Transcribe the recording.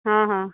हा हा